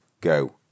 go